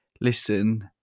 Listen